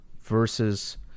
versus